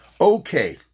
Okay